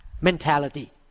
mentality